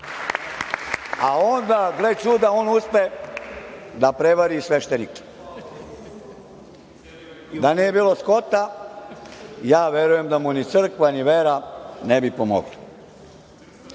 a onda, gle čuda, on uspe da prevari sveštenike. Da nije bilo Skota, ja verujem da mu ni crkva ni vera ne bi